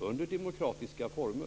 under demokratiska former.